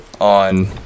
on